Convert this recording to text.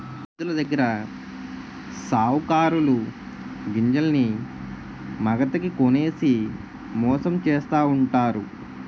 రైతులదగ్గర సావుకారులు గింజల్ని మాగతాకి కొనేసి మోసం చేస్తావుంటారు